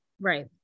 Right